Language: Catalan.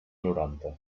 noranta